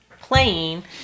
playing